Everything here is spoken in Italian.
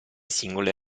singole